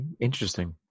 interesting